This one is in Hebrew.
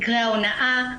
מקרי ההונאה,